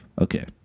okay